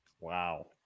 Wow